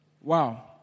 Wow